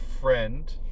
friend